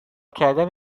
کردن